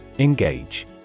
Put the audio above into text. Engage